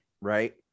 Right